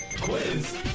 Quiz